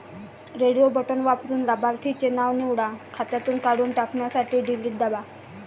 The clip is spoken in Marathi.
रेडिओ बटण वापरून लाभार्थीचे नाव निवडा, खात्यातून काढून टाकण्यासाठी डिलीट दाबा